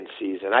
season